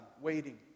waiting